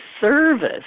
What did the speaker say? service